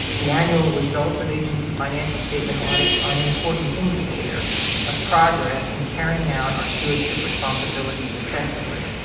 the annual results of agency financial statement audits are an important indicator of progress in carrying out our stewardship responsibilities effectively.